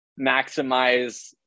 maximize